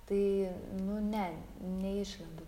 tai nu ne neišlendu